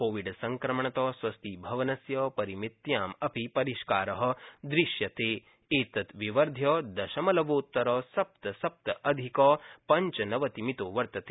कोविडसंक्रमणत स्वस्थीभवनस्य परिमित्यामपि परिष्कार दरीदृश्यते एतत् विवर्ध्य दशमलवोत्तर सप्त सप्त अधिक पञ्च नवति मितो वर्तते